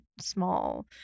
small